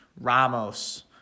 Ramos